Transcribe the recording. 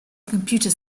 computer